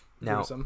Now